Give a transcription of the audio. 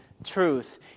Truth